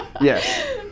Yes